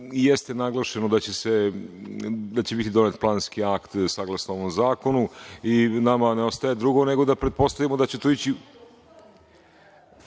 jeste naglašeno da će biti donet planski akt saglasan ovom zakonu i nama ne ostaje drugo nego da pretpostavimo da će to ići